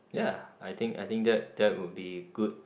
ya I think I think that that would be good